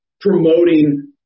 promoting